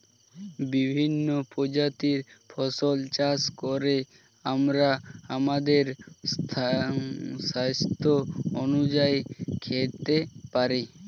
বিভিন্ন প্রজাতির ফসল চাষ করে আমরা আমাদের স্বাস্থ্য অনুযায়ী খেতে পারি